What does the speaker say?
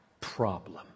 problem